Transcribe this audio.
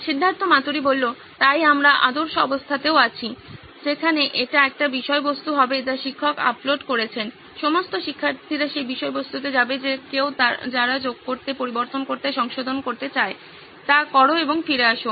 সিদ্ধার্থ মাতুরি তাই আমরা আদর্শ অবস্থাতেও আছি যেখানে এটি একটি বিষয়বস্তু হবে যা শিক্ষক আপলোড করেছেন সমস্ত শিক্ষার্থীরা সেই বিষয়বস্তুতে যাবে যে কেউ যারা যোগ করতে পরিবর্তন করতে সংশোধন করতে চায় তা করো এবং ফিরে আসো